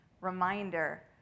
reminder